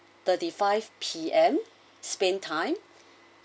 thirty five P_M spain time